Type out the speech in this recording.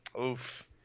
Oof